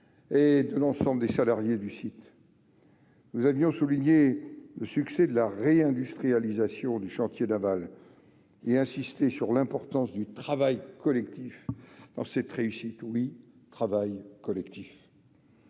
entreprises et des salariés du site. Nous avions souligné le succès de la réindustrialisation du chantier naval, et insisté sur l'importance du travail collectif dans cette réussite. Ancré à sa ville,